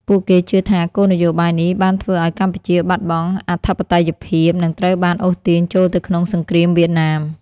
ពួកគេជឿថា គោលនយោបាយនេះបានធ្វើឱ្យកម្ពុជាបាត់បង់អធិបតេយ្យភាព និងត្រូវបានអូសទាញចូលទៅក្នុងសង្គ្រាមវៀតណាម។